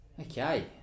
Okay